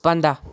پنٛداہ